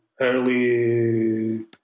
early